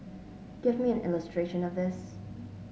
give me an illustration of this